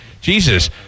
Jesus